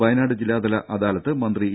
വയനാട് ജില്ലാതല അദാലത്ത് മന്ത്രി ഇ